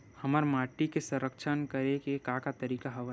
हमर माटी के संरक्षण करेके का का तरीका हवय?